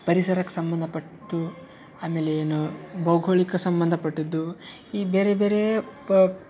ಪರಿಸರಕ್ಕೆ ಸಂಬಂಧಪಟ್ದು ಆಮೇಲೆ ಏನು ಭೌಗೋಳಿಕ ಸಂಬಂಧಪಟ್ಟಿದ್ದು ಈ ಬೇರೆ ಬೇರೆ ಪ